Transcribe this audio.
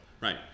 Right